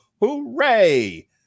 Hooray